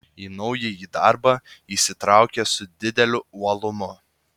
į naująjį darbą įsitraukė su dideliu uolumu